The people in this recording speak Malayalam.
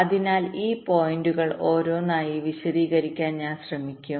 അതിനാൽ ഈ പോയിന്റുകൾ ഓരോന്നായി വിശദീകരിക്കാൻ ഞാൻ ശ്രമിക്കും